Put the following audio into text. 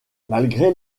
malgré